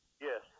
Yes